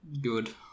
good